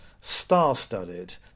star-studded